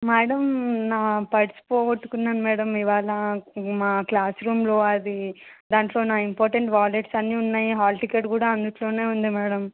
madam నా purse పోగొట్టుకున్నాను madam ఇవాళ మా క్లాస్ రూమ్లో అది దాంట్లో నా ఇంపార్టెంట్ వాలెట్స్ అన్నీ ఉన్నాయి హాల్ టికెట్ కూడా అందులోనే ఉంది మ్యాడమ్